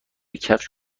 کفش